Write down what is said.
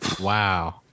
Wow